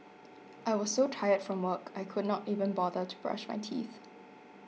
I was so tired from work I could not even bother to brush my teeth